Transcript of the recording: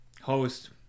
host